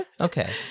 Okay